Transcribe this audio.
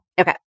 Okay